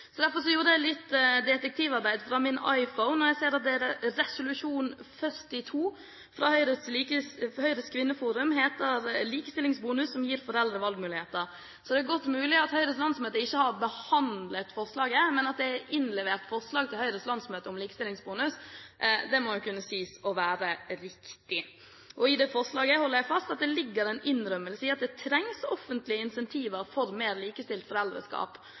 Derfor gjorde jeg litt detektivarbeid fra min iPhone. Jeg ser at resolusjon 42 fra Høyres Kvinneforum heter «likestillingsbonus som gir foreldrene valgmuligheter». Det er godt mulig at Høyres landsmøte ikke har behandlet forslaget, men at det er innlevert et forslag til Høyres landsmøte om en likestillingsbonus, må kunne sies å være riktig. Når det gjelder det forslaget, holder jeg fast ved at det ligger en innrømmelse av at det trengs offentlige incentiver for et mer likestilt foreldreskap.